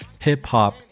hip-hop